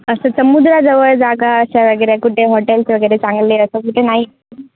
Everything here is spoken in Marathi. असं समुद्राजवळ जागा अशा वगैरे कुठे हॉटेल्स वगैरे चांगले असं कुठे नाही